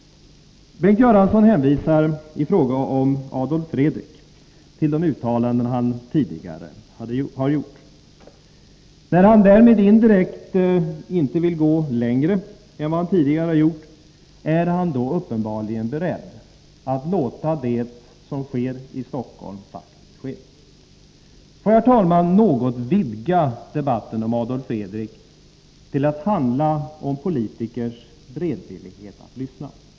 Bengt Göransson hänvisar i fråga om Adolf Fredrik till de uttalanden han tidigare har gjort. När han därmed indirekt inte vill gå längre än vad han tidigare har gjort är han uppenbarligen beredd att låta det som sker i Stockholm faktiskt ske. Får jag, herr talman, något vidga debatten om Adolf Fredrik till att handla om politikers beredvillighet att lyssna.